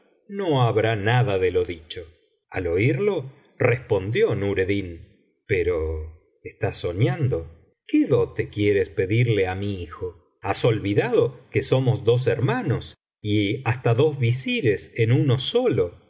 no habrá nada de lo dicho al oírlo respondió nureddin pero estás sonando qué dote quieres pedirle á mi hijo has olvidado que somos dos hermanos y hasta dos visires en uno solo